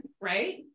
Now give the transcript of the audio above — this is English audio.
Right